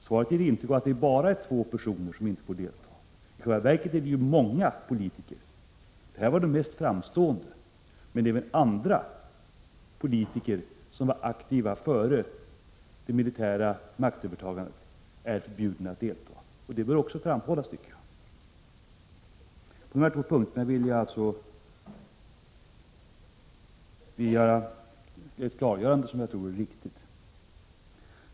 Svaret ger intryck av att det bara är två personer som inte får delta. I själva verket är det många politiker. Dessa två är de mest framstående men även andra politiker som var aktiva före det militära maktövertagandet är förbjudna att delta. Det bör också framhållas. På dessa två punkter tror jag att ett klargörande vore riktigt.